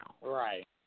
Right